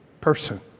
person